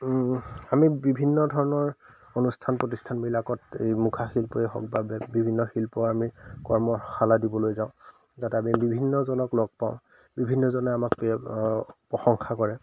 আমি বিভিন্ন ধৰণৰ অনুষ্ঠান প্ৰতিষ্ঠানবিলাকত এই মুখাশিল্পই হওক বা বিভিন্ন শিল্প আমি কৰ্মশালা দিবলৈ যাওঁ তাত আমি বিভিন্নজনক লগ পাওঁ বিভিন্নজনে আমাক পি প্ৰশংসা কৰে